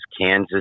Kansas